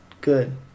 good